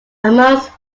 amongst